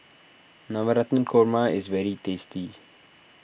Navratan Korma is very tasty